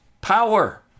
power